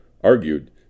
Argued